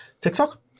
TikTok